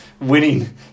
winning